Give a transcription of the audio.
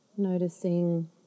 Noticing